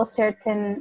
certain